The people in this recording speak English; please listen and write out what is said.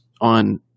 on